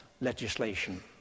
legislation